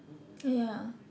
yeah